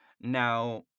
Now